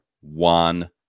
one